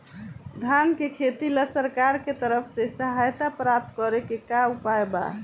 धान के खेती ला सरकार के तरफ से सहायता प्राप्त करें के का उपाय बा?